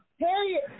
Harriet